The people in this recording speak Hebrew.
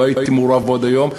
לא הייתי מעורב בו עד היום,